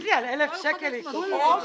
תגידי, על 1,000 שקל עיקול?